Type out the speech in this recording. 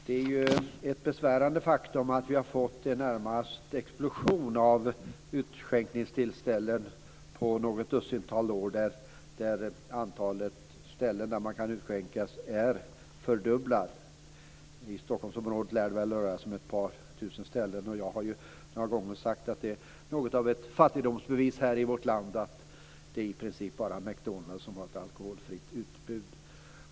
Det är ju ett besvärande faktum att vi har fått närmast en explosion av utskänkningsställen på något dussintal år. Antalet utskänkningsställen har fördubblats. I Stockholm lär det väl röra sig om ett par tusen ställen. Och jag har några gånger sagt att det är något av ett fattigdomsbevis i vårt land att det i princip bara är McDonalds som har ett alkoholfritt utbud.